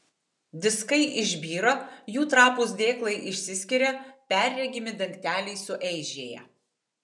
diskai išbyra jų trapūs dėklai išsiskiria perregimi dangteliai sueižėja